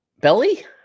Belly